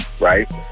right